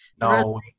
No